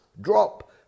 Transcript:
drop